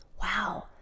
Wow